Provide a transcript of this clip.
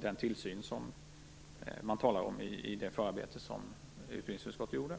den tillsyn som man talar om i det förarbete som utbildningsutskottet gjorde.